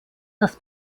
das